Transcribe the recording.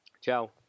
Ciao